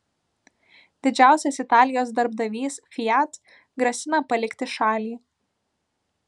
didžiausias italijos darbdavys fiat grasina palikti šalį